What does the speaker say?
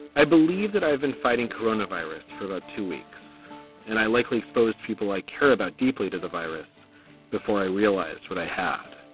i believe that i've been fighting coronavirus for about two weeks and i likely exposed people i care about deeply to the virus before i realized what i had.